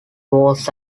was